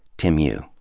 tim yu.